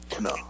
no